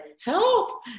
help